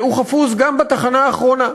הוא חפוז גם בתחנה האחרונה.